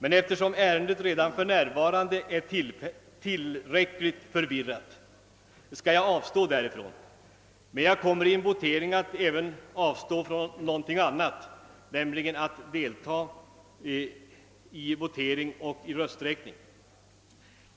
Men eftersom ärendet redan är tillräckligt förvirrat skall jag avstå därifrån. Jag kommer emellertid också att avstå från att delta i votering och rösträkning.